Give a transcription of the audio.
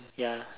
ya